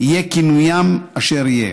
יהא כינוים אשר יהא.